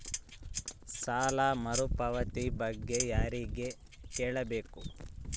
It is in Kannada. ಸಾಲ ಮರುಪಾವತಿ ಬಗ್ಗೆ ಯಾರಿಗೆ ಕೇಳಬೇಕು?